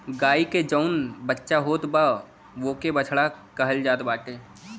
गाई के जवन बच्चा होत बा ओके बछड़ा कहल जात बाटे